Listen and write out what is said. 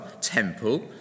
temple